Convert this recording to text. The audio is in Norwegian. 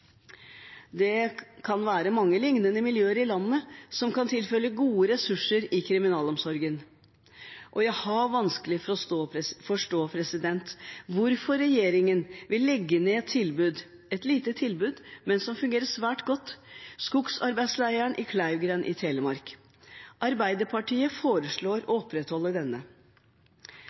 Det kan være mange lignende miljøer i landet som kan tilføre gode ressurser i kriminalomsorgen, og jeg har vanskelig for å forstå hvorfor regjeringen vil legge ned et lite tilbud, men som fungerer svært godt: skogsarbeidsleiren avdeling Kleivgrend i Telemark. Arbeiderpartiet foreslår å opprettholde denne.